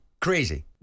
Crazy